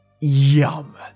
Yum